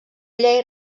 llei